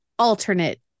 alternate